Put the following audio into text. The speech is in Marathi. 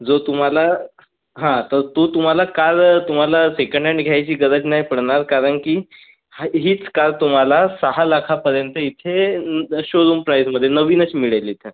जो तुम्हाला हा तर तो तुम्हाला कार तुम्हाला सेकंड हॅन्ड घ्यायची गरज नाही पडणार कारण की हीच कार तुम्हाला सहा लाखापर्यंत इथे शोरूम प्राईझमध्ये नवीनच मिळेल इथं